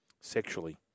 sexually